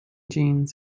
jeans